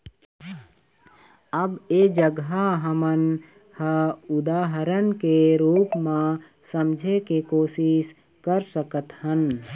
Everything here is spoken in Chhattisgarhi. अब ऐ जघा हमन ह उदाहरन के रुप म समझे के कोशिस कर सकत हन